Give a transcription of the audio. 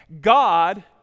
God